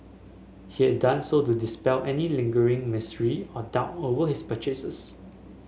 he had done so to dispel any lingering mystery or doubt over his purchases